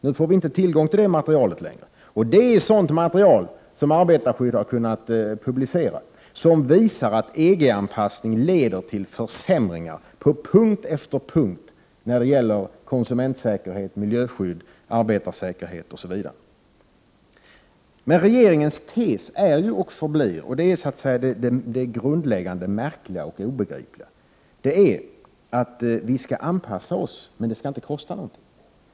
Vi har således inte längre tillgång till det materialet. Ändå handlar det om ett material som tidningen Arbetarskydd har kunnat publicera, som visar att EG-anpassningen leder till försämringar på punkt efter punkt när det gäller konsumentsäkerhet, miljöskydd, arbetarsäkerhet osv. Regeringens tes är och förblir — och det är det grundläggande, det märkliga och det obegripliga i sammanhanget — att vi skall anpassa oss men att det inte får kosta någonting.